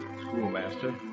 schoolmaster